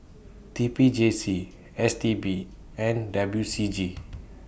T P J C S T B and W C G